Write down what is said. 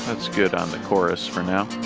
that's good on the chorus for now